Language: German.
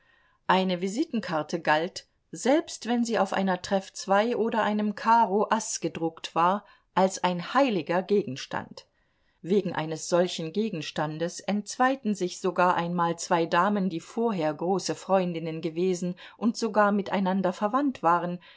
eine visitenkarte galt selbst wenn sie auf einer treffzwei oder einem karoas gedruckt war als ein heiliger gegenstand wegen eines solchen gegenstandes entzweiten sich sogar einmal zwei damen die vorher große freundinnen gewesen und sogar miteinander verwandt waren